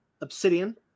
*Obsidian*